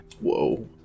Whoa